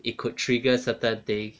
it could trigger certain thing